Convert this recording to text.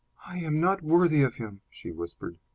i am not worthy of him! she whispered.